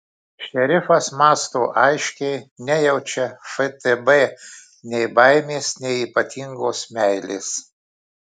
šerifas mąsto aiškiai nejaučia ftb nei baimės nei ypatingos meilės